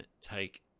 take